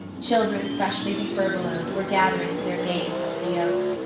children freshly befurbelowed, were gathering for their games under the oaks.